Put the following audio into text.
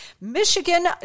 Michigan